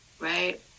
right